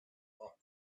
all